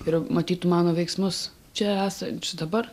ir matytų mano veiksmus čia esančius dabar